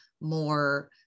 more